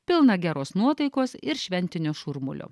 pilna geros nuotaikos ir šventinio šurmulio